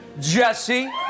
jesse